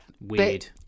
weird